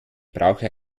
brauche